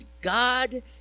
God